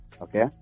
Okay